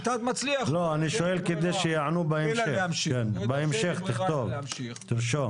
אין לי מושג.